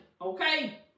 okay